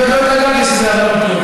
אני עוד לא התרגלתי שזהבה לא פה,